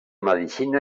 medicina